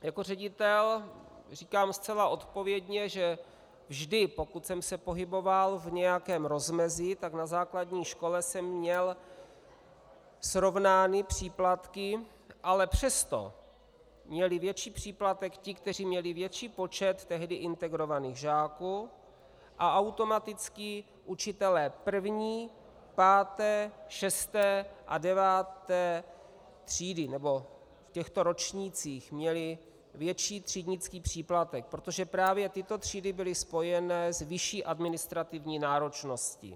Jako ředitel říkám zcela odpovědně, že vždy, pokud jsem se pohyboval v nějakém rozmezí, tak na základní škole jsem měl srovnány příplatky, ale přesto měli větší příplatek ti, kteří měli větší počet tehdy integrovaných žáků a automaticky učitelé první, páté, šesté a deváté třídy, nebo v těchto ročnících měli větší třídnických příplatek, protože právě tyto třídy byly spojené s vyšší administrativní náročností.